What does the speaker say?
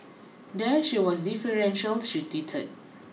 there she was deferential she tweeted